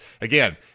again